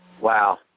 Wow